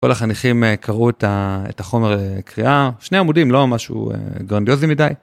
כל החניכים קראו את החומר לקריאה, שני עמודים, לא משהו גרנדיוזי מדי.